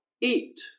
eat